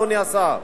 אדוני השר.